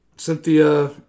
Cynthia